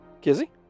Kizzy